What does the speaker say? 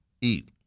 eat